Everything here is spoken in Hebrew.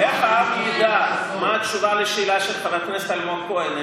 איך העם ידע מה התשובה על השאלה של חבר הכנסת אלמוג כהן,